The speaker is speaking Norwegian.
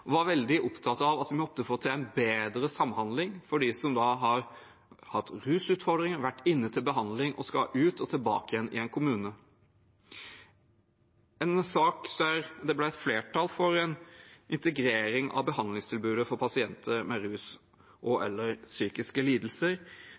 var veldig opptatt av at vi måtte få til en bedre samhandling for dem som har hatt rusutfordringer, har vært inne til behandling og skal ut og tilbake i en kommune – en sak der det ble et flertall for en integrering av behandlingstilbudet for pasienter med